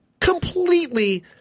Completely